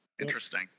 interesting